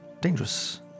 dangerous